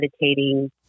meditating